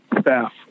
staff